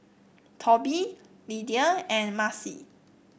Toby Lidia and Macey